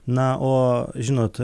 na o žinot